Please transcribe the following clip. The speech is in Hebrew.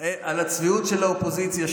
על הצביעות של האופוזיציה,